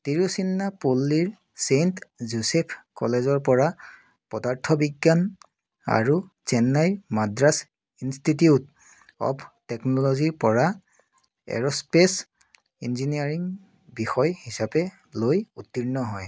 তিৰুচিন্নপল্লীৰ Saint Joseph কলেজৰ পৰা পদাৰ্থ বিজ্ঞান আৰু চেন্নাই মাদ্ৰাছ ইঞ্চটিটিউট অফ টেকন'লজিৰ পৰা এৰস্পেচ ইঞ্জিনিয়াৰিং বিষয় হিচাপে লৈ উত্তীৰ্ণ হয়